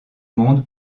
monde